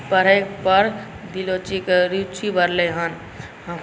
पढ़ैपर रुचि बढ़लै हँ